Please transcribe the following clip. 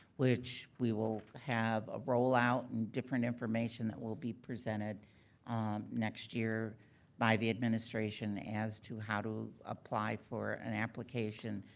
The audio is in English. which we will have a roll out and different information that will be presented next year by the administration as to how to apply for an application.